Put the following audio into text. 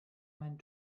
meinen